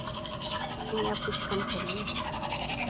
नहीं आप कुछ कम करिए